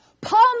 Paul